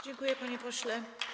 Dziękuję, panie pośle.